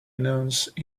announced